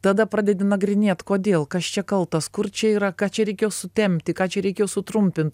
tada pradedi nagrinėt kodėl kas čia kaltas kur čia yra ką čia reikėjo sutempti ką čia reikėjo sutrumpint